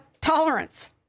tolerance